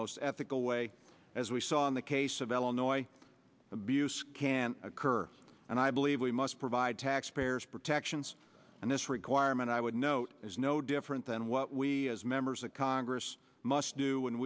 most ethical way as we saw in the case of el noise abuse can occur and i believe we must provide taxpayers protections and this requirement i would note is no different than what we as members of congress must do